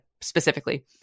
specifically